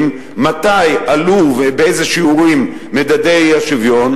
מתי עלו ובאיזה שיעורים מדדי השוויון,